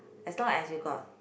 as long as you got